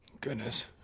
goodness